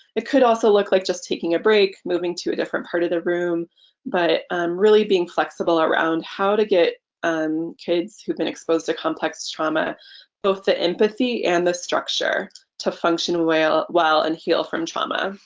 it could also look like just taking a break moving to a different part of the room but really being flexible around how to get kids who've been exposed to complex trauma both the empathy and the structure to function well well and heal from trauma.